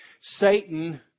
Satan